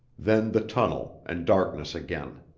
then the tunnel and darkness again.